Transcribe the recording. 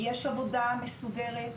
יש עבודה מסודרת,